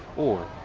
or